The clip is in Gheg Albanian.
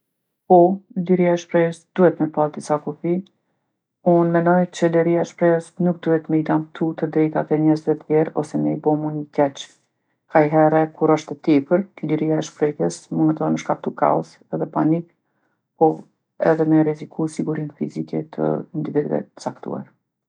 Po, lirija shprehjes duhet me pasë disa kufi. Unë menoj që lirija e shprehjes nuk duhet me i damtu të drejtat e njerzve tjerë ose me i bo mu ni keq. Kajhere kur osht e tepërt, lirija e shprehjes munët edhe me shkaktu kaos edhe panikë, po edhe me rreziku sigurinë fizke të individve t'caktuar.